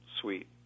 sweet